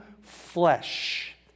flesh